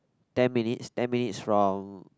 ten minutes ten minutes from